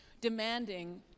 demanding